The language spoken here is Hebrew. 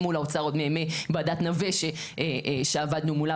מול האוצר עוד מימי ועדת נווה שעבדו מולה,